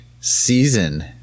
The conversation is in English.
season